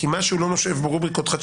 כי מה שלא יושב תחת הרובריקות אחת,